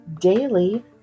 daily